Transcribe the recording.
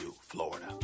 Florida